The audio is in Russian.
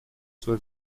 свой